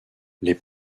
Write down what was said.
les